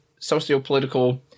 sociopolitical